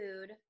food